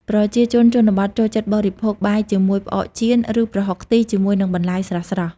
ប្រជាជនជនបទចូលចិត្តបរិភោគបាយជាមួយ ផ្អកចៀន ឬប្រហុកខ្ទិះជាមួយនឹងបន្លែស្រស់ៗ។